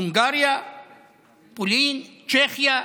הונגריה, פולין, צ'כיה,